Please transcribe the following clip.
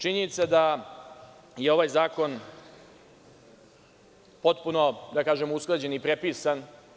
Činjenica je da je ovaj zakon potpuno usklađen i prepisan.